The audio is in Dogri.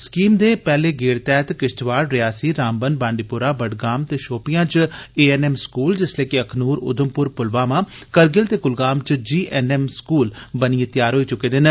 स्कीम दे पैहुले गेड़ तैह्त किष्तवाड़ रियासी रामबन बांडीपोरा बडगाम ते षोपियां च एएनयू स्कूल जिसलै कि अखनूर उधमपुर पुलवामा कारगिल ते कुलगाम च जीएनएम स्कूल बनियै तैआर होई चुके दे न